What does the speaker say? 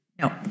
no